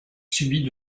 subit